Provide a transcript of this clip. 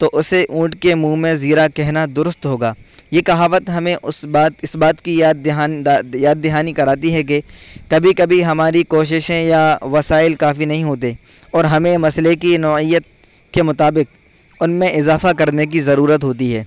تو اسے اونٹ کے منہ میں زیرہ کہنا درست ہوگا یہ کہاوت ہمیں اس بات اس بات کی یاد یاد دہانی کراتی ہے کہ کبھی کبھی ہماری کوششیں یا وسائل کافی نہیں ہوتے اور ہمیں مسئلے کی نوعیت کے مطابق ان میں اضافہ کرنے کی ضرورت ہوتی ہے